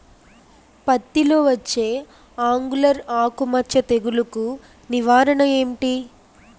పత్తి లో వచ్చే ఆంగులర్ ఆకు మచ్చ తెగులు కు నివారణ ఎంటి?